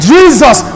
Jesus